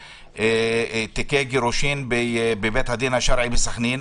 תיקי גירושים בבית הדין השרעי בסח'נין,